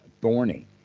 thorny